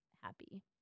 happy